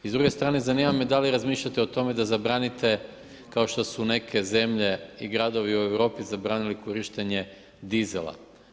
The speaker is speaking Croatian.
I s druge strane, zanima me da li razmišljate o tome da zabranite, kao što su neke zemlje i gradovi u Europi zabranili korištenje dizela?